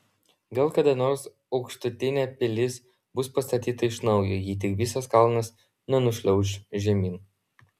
gal kada nors aukštutinė pilis bus pastatyta iš naujo jei tik visas kalnas nenušliauš žemyn